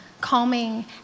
calming